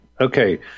Okay